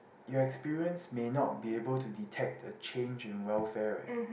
your experience may not be able to detect a change in welfare right